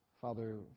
Father